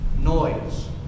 Noise